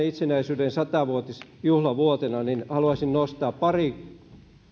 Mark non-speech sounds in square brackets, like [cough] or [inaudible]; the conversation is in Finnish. [unintelligible] itsenäisyyden sata vuotisjuhlavuotena haluaisin nostaa pari